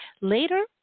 Later